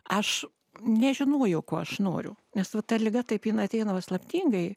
aš nežinojau ko aš noriu nes va ta liga taip jin ateina paslaptingai